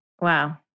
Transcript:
Wow